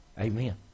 Amen